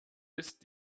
ist